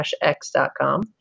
x.com